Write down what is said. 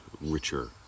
richer